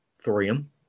thorium